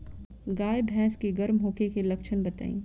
गाय भैंस के गर्म होखे के लक्षण बताई?